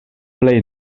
plej